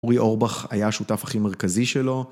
אורי אורבך היה השותף הכי מרכזי שלו.